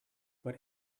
but